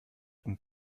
und